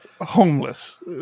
homeless